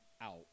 out